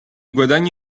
guadagno